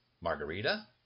Margarita